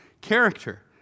character